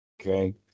okay